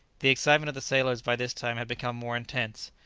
the excitement of the sailors by this time had become more intense.